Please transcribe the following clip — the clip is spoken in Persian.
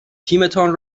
تیمتان